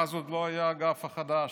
ואז עוד לא היה האגף החדש,